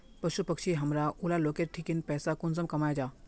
पशु पक्षी हमरा ऊला लोकेर ठिकिन पैसा कुंसम कमाया जा?